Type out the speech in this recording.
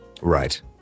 Right